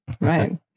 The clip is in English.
right